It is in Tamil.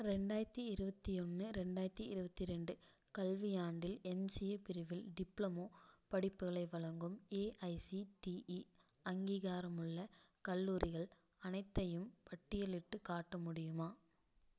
ரெண்டாயிரத்தி இருபத்தி ஒன்று ரெண்டாயிரத்தி இருபத்தி ரெண்டு கல்வியாண்டில் எம்சிஏ பிரிவில் டிப்ளமோ படிப்புகளை வழங்கும் ஏஐசிடிஇ அங்கீகாரமுள்ள கல்லூரிகள் அனைத்தையும் பட்டியலிட்டுக் காட்ட முடியுமா